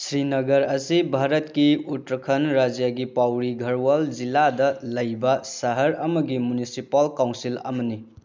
ꯁ꯭ꯔꯤꯅꯥꯒꯔ ꯑꯁꯤ ꯚꯥꯔꯠꯀꯤ ꯎꯇ꯭ꯔꯈꯟ ꯔꯥꯏꯖ꯭ꯌꯥꯒꯤ ꯄꯧꯔꯤ ꯒꯔꯋꯥꯜ ꯖꯤꯜꯂꯥꯗ ꯂꯩꯕ ꯁꯍꯔ ꯑꯃꯒꯤ ꯃꯨꯅꯤꯁꯤꯄꯥꯜ ꯀꯥꯎꯟꯁꯤꯜ ꯑꯃꯅꯤ